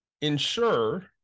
ensure